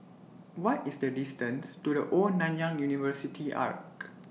What IS The distance to The Old Nanyang University Arch